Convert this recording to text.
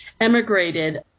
emigrated